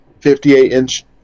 58-inch